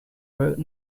wrote